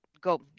go